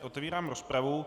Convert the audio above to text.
Otevírám rozpravu.